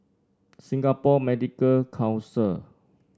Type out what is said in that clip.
Singapore Medical Council